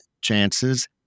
chances